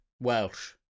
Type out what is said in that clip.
Welsh